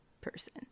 person